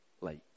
late